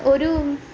ഒരു